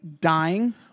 Dying